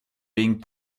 being